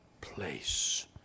place